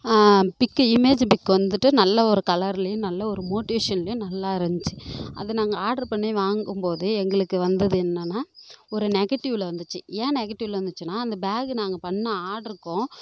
big image big வந்துட்டு நல்ல ஒரு கலர்லையும் நல்ல ஒரு மொட்டிவேஷன்லையும் நல்லா இருந்துச்சு அதை நாங்கள் ஆடர் பண்ணி வாங்கும்போதே எங்களுக்கு வந்தது என்னன்னா ஒரு நெகட்டிவ்வில் வந்துச்சு ஏன் நெகட்டிவ்வில் வந்துச்சுனா அந்த பேக் நாங்கள் பண்ணிண ஆடர்க்கும்